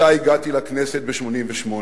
שאתה הגעתי לכנסת ב-1988,